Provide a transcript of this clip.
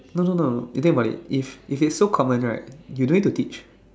no no no you think about is if it's so common right you no need to teach